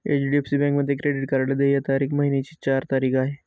HDFC बँकेमध्ये credit card देय तारीख महिन्याची चार तारीख आहे